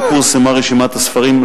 שבו פורסמה רשימת הספרים,